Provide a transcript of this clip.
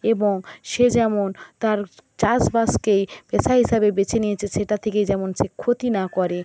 এবং সে যেমন তার চাষবাসকেই পেশা হিসাবে বেছে নিয়েছে সেটা থেকে যেমন সে ক্ষতি না করে